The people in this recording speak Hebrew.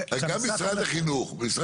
גם משרד החינוך,